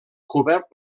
cobert